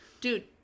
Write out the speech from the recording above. Dude